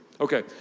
Okay